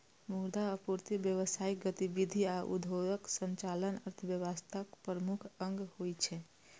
मुद्रा आपूर्ति, व्यावसायिक गतिविधि आ उद्योगक संचालन अर्थव्यवस्थाक प्रमुख अंग होइ छै